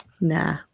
nah